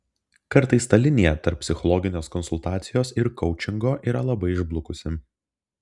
kartais ta linija tarp psichologinės konsultacijos ir koučingo yra labai išblukusi